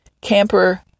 camper